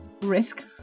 risk